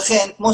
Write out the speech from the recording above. אכן, כמו